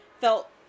felt